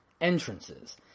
entrances